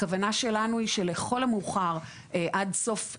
הכוונה שלנו היא שלכל המאוחר עד סוף השנה,